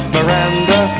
Miranda